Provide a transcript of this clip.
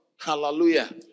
Hallelujah